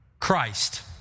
Christ